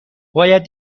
باید